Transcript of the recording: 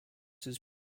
his